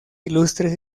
ilustres